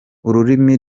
ururimi